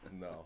No